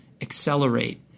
accelerate